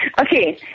Okay